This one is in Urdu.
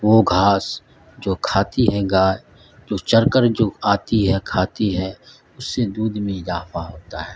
وہ گھاس جو کھاتی ہے گائے جو چرکے جو آتی ہے کھاتی ہے اس سے دودھ میں اضافہ ہوتا ہے